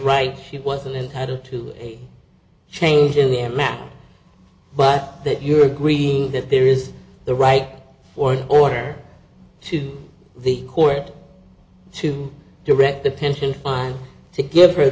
right she wasn't entitled to a change in the amount but that you are agreeing that there is the right for order to the court to direct the pension fine to give her